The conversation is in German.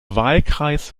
wahlkreis